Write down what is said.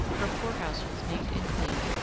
her poor house was neat and clean,